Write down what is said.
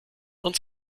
uns